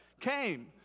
came